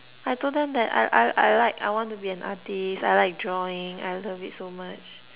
I told them that I I I like I want to be an artist I like drawing I love it so much